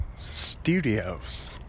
studios